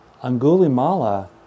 Angulimala